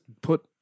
put